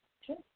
Sure